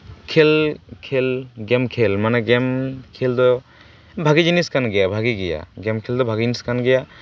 ᱠᱷᱮᱞ ᱠᱷᱮᱞ ᱢᱟᱱᱮ ᱜᱮᱢ ᱠᱷᱮᱞ ᱫᱚ ᱵᱷᱟᱜᱮ ᱡᱤᱱᱤᱥ ᱠᱟᱱ ᱜᱮᱭᱟ ᱵᱷᱟᱜᱮ ᱜᱮᱭᱟ ᱜᱮᱢ ᱠᱷᱮᱞ ᱫᱚ ᱵᱷᱟᱜᱮ ᱡᱤᱱᱤᱥ ᱠᱟᱱ ᱜᱮᱭᱟ